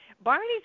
Barney's